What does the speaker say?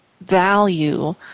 value